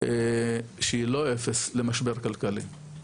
שהיא לא 0 למשבר כלכלי.